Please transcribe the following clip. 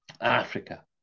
Africa